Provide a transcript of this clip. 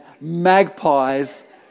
magpies